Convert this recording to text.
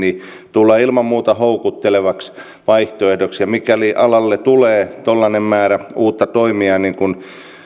tulee ilman muuta houkuttelevaksi vaihtoehdoksi mikäli alalle tulee tuollainen määrä uutta toimijaa niin kuin